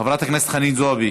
חברת הכנסת חנין זועבי,